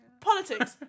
politics